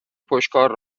پشتکار